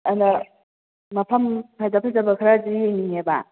ꯑꯗ ꯃꯐꯝ ꯐꯖ ꯐꯖꯕ ꯈꯔꯗꯤ ꯌꯦꯡꯅꯤꯡꯉꯦꯕ